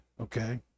Okay